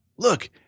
Look